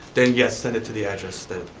then, yes, send it to the address then,